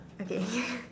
okay